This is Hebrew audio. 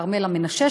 כרמלה מנשה,